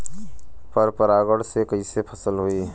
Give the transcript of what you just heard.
पर परागण से कईसे फसल होई?